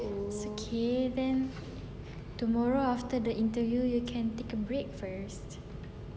it's okay then tomorrow after the interview you can take a break first